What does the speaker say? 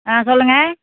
ஆ சொல்லுங்கள்